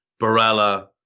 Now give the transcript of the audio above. Barella